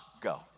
go